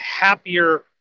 happier